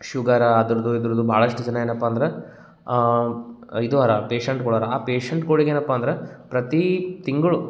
sugar ಅದ್ರದ್ದು ಇದ್ರದ್ದು ಭಾಳಷ್ಟು ಜನ ಏನಪ್ಪ ಅಂದ್ರೆ ಇದು ಅರ ಪೇಷಂಟ್ಗಳರ ಆ ಪೇಷಂಟ್ಗುಳಿಗೆ ಏನಪ್ಪ ಅಂದ್ರೆ ಪ್ರತಿ ತಿಂಗಳು